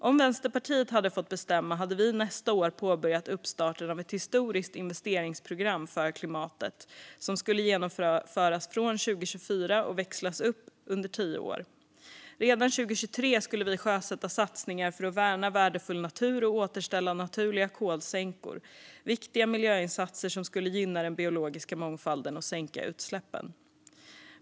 Om Vänsterpartiet hade fått bestämma hade vi nästa år påbörjat uppstarten av ett historiskt investeringsprogram för klimatet, som skulle genomföras från 2024 och växlas upp under tio år. Redan 2023 skulle vi sjösätta satsningar för att värna värdefull natur och återställa naturliga kolsänkor. Det är viktiga miljöinsatser som skulle gynna den biologiska mångfalden och sänka utsläppen.